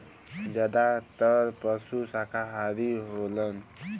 जादातर पसु साकाहारी होलन